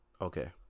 Okay